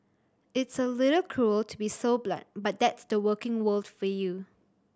it's a little cruel to be so blunt but that's the working world for you